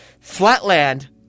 flatland